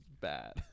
bad